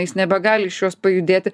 jis nebegali iš jos pajudėti